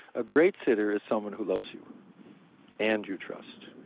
a great sitter is someone who loves you and you trust.